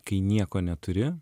kai nieko neturi